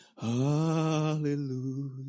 hallelujah